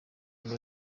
ngo